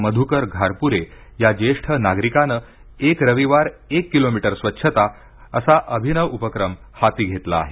मध्कर घारप्रे या ज्येष्ठ नागरिकानं एक रविवार एक किलोमीटर स्वच्छता असा अभिनव उपक्रम हाती घेतला आहे